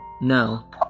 No